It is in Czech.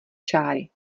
čáry